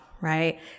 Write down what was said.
right